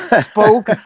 spoke